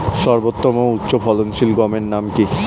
সর্বোত্তম ও উচ্চ ফলনশীল গমের নাম কি?